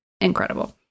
incredible